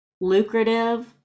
lucrative